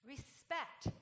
Respect